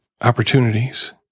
opportunities